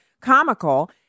comical